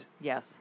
Yes